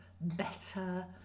better